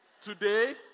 today